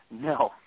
No